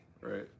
Right